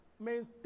Maintain